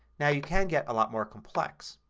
now you can get a lot more complex.